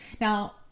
now